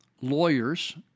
lawyers